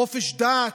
חופש דת.